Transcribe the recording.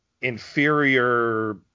inferior